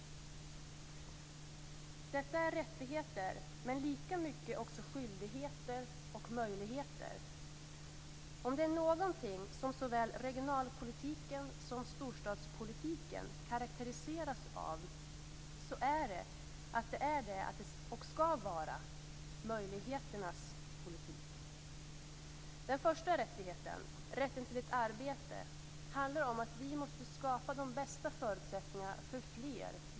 Detta är rättigheter men lika mycket också skyldigheter och möjligheter. Om det är någonting som såväl regionalpolitiken som storstadspolitiken karakteriseras av är det att det är och skall vara möjligheternas politik. Den första rättigheten, rätten till ett arbete, handlar om att vi måste skapa de bästa förutsättningarna för fler jobb.